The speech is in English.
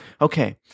okay